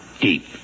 deep